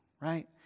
right